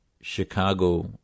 Chicago